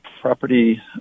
property